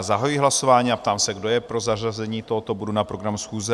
Zahajuji hlasování a ptám se, kdo je pro zařazení tohoto bodu na program schůze?